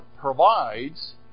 provides